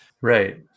Right